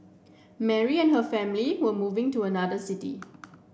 Mary and her family were moving to another city